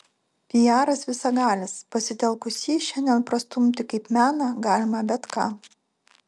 piaras visagalis pasitelkus jį šiandien prastumti kaip meną galima bet ką